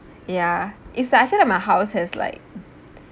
ya it's like in front of my house has like